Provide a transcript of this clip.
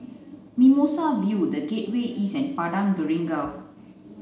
Mimosa View The Gateway East and Padang Jeringau